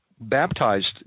baptized